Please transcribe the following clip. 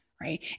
right